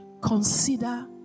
Consider